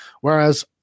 Whereas